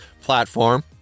platform